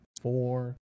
four